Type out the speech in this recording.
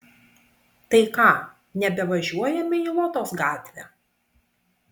tai ką nebevažiuojame į lotos gatvę